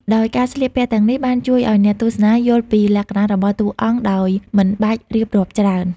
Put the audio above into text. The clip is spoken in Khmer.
ដោយការស្លៀកពាក់ទាំងនេះបានជួយឲ្យអ្នកទស្សនាយល់ពីលក្ខណៈរបស់តួអង្គដោយមិនបាច់រៀបរាប់ច្រើន។